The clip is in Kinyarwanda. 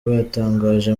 batangaje